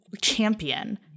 champion